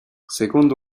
secondo